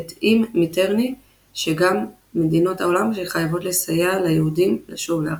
הטעים מיטרני שגם מדינות העולם חייבות לסייע ליהודים לשוב לארצם.